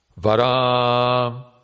Varam